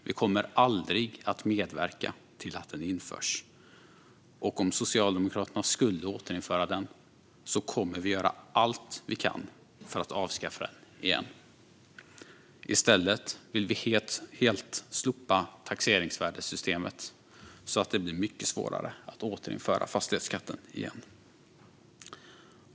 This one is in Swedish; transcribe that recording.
Vi kommer aldrig att medverka till att den införs, och om Socialdemokraterna skulle återinföra den kommer vi att göra allt vi kan för att avskaffa den igen. I stället vill vi helt slopa taxeringsvärdessystemet, så att det blir mycket svårare att återinföra fastighetsskatten.